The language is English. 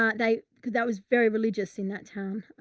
um they, cause that was very religious in that town. um,